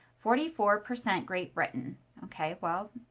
forty four percent great britain. okay, well,